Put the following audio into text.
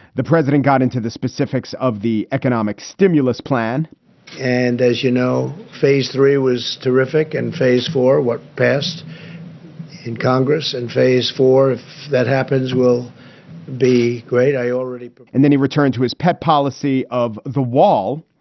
the president got into the specifics of the economic stimulus plan and as you know, phase three was terrific. and phase four, what passed in congress in and phase four. if that happens, will be great. i already but and then he returned to his pet policy of the wall,